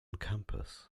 campus